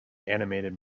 animated